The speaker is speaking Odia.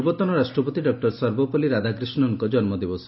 ପୂର୍ବତନ ରାଷ୍ଟ୍ରପତି ଡକୁର ସର୍ବପଲ୍ଲୀ ରାଧାକ୍ରିଷତ୍ଙ୍ଙ ଜନ୍ନଦିବସ